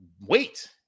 wait